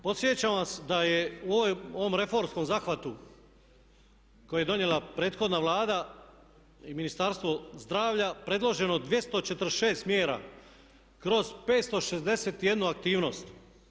Podsjećam vas da je u ovom reformskom zahvatu koji je donijela prethodna Vlada i Ministarstvo zdravlja predloženo 246 mjera kroz 561 aktivnost.